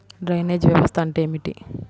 Drainage వ్యవస్థ అంటే ఏమిటి?